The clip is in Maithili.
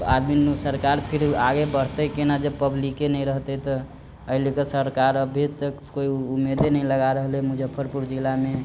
त आदमी लोग सरकार फिर आगे बढ़तै केना जब पब्लिके नै रहतै त अइ ले कऽ सरकार अभी तक कोइ उम्मीदे नै लगाए रहलै मुजफ्फरपुर जिला मे